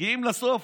מגיעים לסוף,